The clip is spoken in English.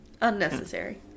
Unnecessary